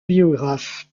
biographe